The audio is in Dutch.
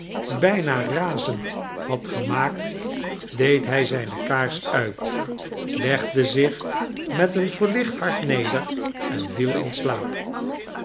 bijna razend had gemaakt deed hij zijne kaars uit legde zich met een verlicht hart neder en viel in slaap